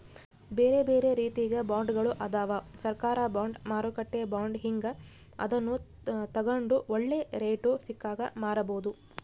ಬೇರೆಬೇರೆ ರೀತಿಗ ಬಾಂಡ್ಗಳು ಅದವ, ಸರ್ಕಾರ ಬಾಂಡ್, ಮಾರುಕಟ್ಟೆ ಬಾಂಡ್ ಹೀಂಗ, ಅದನ್ನು ತಗಂಡು ಒಳ್ಳೆ ರೇಟು ಸಿಕ್ಕಾಗ ಮಾರಬೋದು